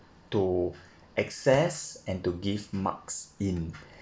to access and to give marks in